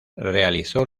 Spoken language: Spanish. realizó